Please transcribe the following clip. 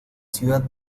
ciudad